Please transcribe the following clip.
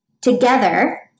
Together